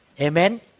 Amen